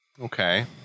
okay